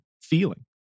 feeling